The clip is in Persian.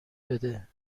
بده